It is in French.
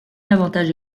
avantage